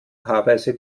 paarweise